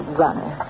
runner